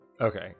Okay